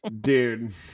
dude